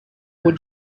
would